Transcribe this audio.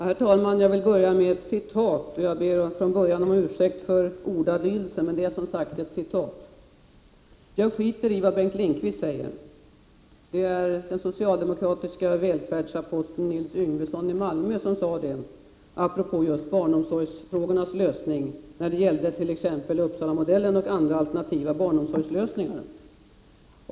Herr talman! Jag börjar med ett citat, och jag ber från början om ursäkt för ordalydelsen: ”Jag skiter i vad Bengt Lindkvist säger”. Det är den socialdemokratiska välfärdsaposteln Nils Yngvesson i Malmö som har sagt detta, apropå just barnomsorgsfrågornas lösning när det gäller t.ex. Uppsalamodellen och andra alternativa barnomsorgslösningar.